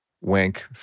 wink